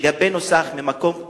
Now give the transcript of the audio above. שגבנו שח ממכות העמים,